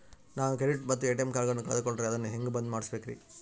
ನಾನು ಕ್ರೆಡಿಟ್ ಮತ್ತ ಎ.ಟಿ.ಎಂ ಕಾರ್ಡಗಳನ್ನು ಕಳಕೊಂಡರೆ ಅದನ್ನು ಹೆಂಗೆ ಬಂದ್ ಮಾಡಿಸಬೇಕ್ರಿ?